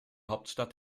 hauptstadt